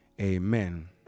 Amen